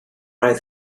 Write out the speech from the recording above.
oedd